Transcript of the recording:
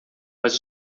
mas